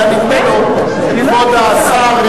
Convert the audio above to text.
כי היה נדמה לו שכבוד השר,